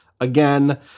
Again